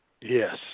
Yes